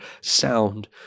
sound